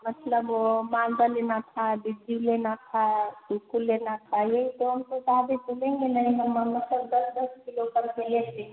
मतलब मालदा लेना था डिग्गी लेना था उसको लेना था आइए पेड़ के ताज़े तो लेंगे ना इधर मालदा सब दस दस किलो करके लिए